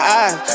eyes